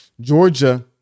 Georgia